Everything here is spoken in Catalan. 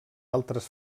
altres